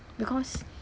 because